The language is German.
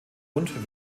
und